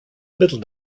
middle